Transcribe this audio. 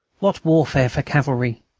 what warfare for cavalry!